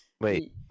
wait